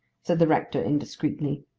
said the rector indiscreetly.